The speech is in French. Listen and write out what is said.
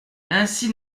ainsi